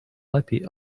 lepiej